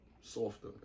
softer